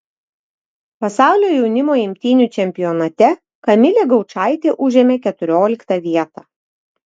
pasaulio jaunimo imtynių čempionate kamilė gaučaitė užėmė keturioliktą vietą